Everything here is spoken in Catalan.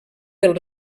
del